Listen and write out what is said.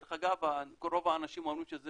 דרך אגב, רוב האנשים אומרים שזה